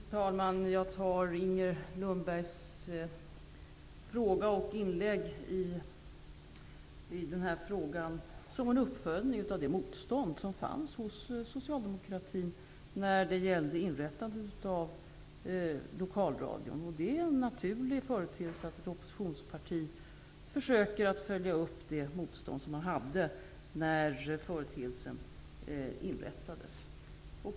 Fru talman! Jag tolkar Inger Lundbergs fråga och inlägg här som en uppföljning av det motstånd som fanns hos socialdemokratin när det gällde inrättandet av lokalradion. Det är naturligt att ett oppositionsparti försöker att följa upp det motstånd som det hade när företeelsen inrättades.